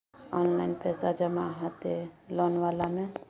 Online पैसा जमा हते लोन वाला में?